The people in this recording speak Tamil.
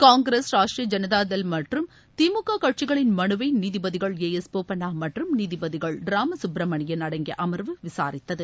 காங்கிரஸ் ராஷ்ட்ரிய ஜனதாதளமற்றும் திமுககட்சிகளின் மனுவைநீதிபதிகள் ஏ எஸ் போபண்ணாமற்றும் நீதிபதிகள் ராமசுப்ரமணியன் அடங்கியஅமர்வு விசாரித்தது